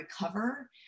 recover